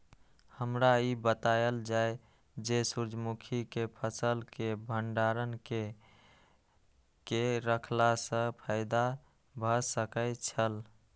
हमरा ई बतायल जाए जे सूर्य मुखी केय फसल केय भंडारण केय के रखला सं फायदा भ सकेय छल?